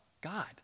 God